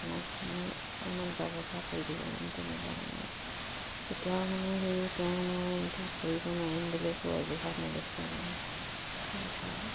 আপোনাক মানে অন্যত গাব পৰা কৰি দিব মানে তেনেকুৱা মানে এতিয়াও মানে সেই তেওঁ মই এইটো কৰিব নোৱাৰিম বুলিয়ে একো অযুহাত নেদেখুৱায় মানে এইটো কথা আৰু